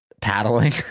paddling